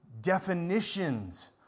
definitions